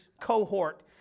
cohort